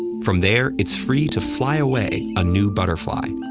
from there, it's free to fly away a new butterfly.